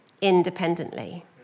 independently